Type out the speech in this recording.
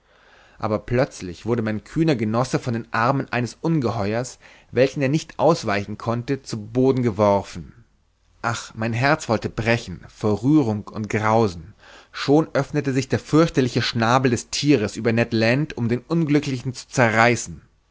aber plötzlich wurde mein kühner genosse von den armen eines ungeheuers welchen er nicht ausweichen konnte zu boden geworfen ach mein herz wollte brechen vor rührung und grausen schon öffnete sich der fürchterliche schnabel des thieres über ned land um den unglücklichen zu zerreißen